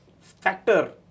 factor